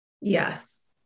Yes